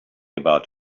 about